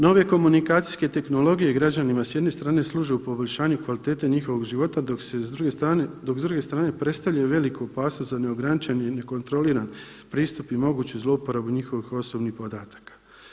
Nove komunikacijske tehnologije građanima s jedne strane služe u poboljšanju kvalitete njihovog života, dok s druge strane predstavljaju veliku opasnost za neograničen i nekontroliran pristup i moguću zlouporabu njihovih osobnih podataka.